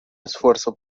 esfuerzo